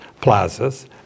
plazas